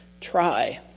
try